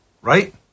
right